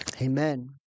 Amen